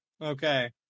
Okay